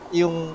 yung